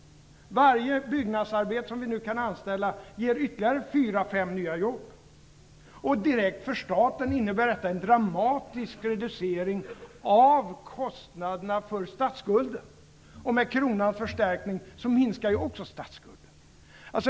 Varje byggnadsarbetare som nu kan anställas ger ytterligare 4-5 nya jobb. För staten innebär det direkt en dramatisk reducering av kostnaderna för statsskulden. Med kronans förstärkning minskar ju också statsskulden.